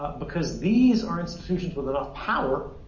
because these are institutions with enough power